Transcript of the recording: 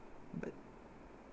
but